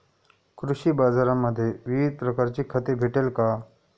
कृषी बाजारांमध्ये विविध प्रकारची खते भेटेल का?